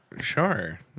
Sure